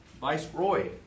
viceroy